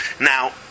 now